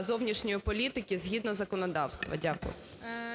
зовнішньої політики згідно законодавства. Дякую.